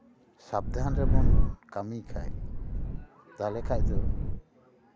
ᱥᱟᱵᱫᱷᱟᱱ ᱨᱮᱵᱚᱱ ᱠᱟᱹᱢᱤ ᱠᱷᱟᱱ ᱛᱟᱦᱞᱮ ᱠᱷᱟᱱ ᱫᱚ